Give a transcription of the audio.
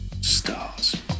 stars